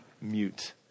mute